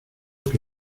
que